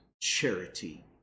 charity